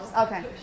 Okay